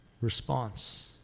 response